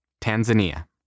Tanzania